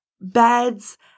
beds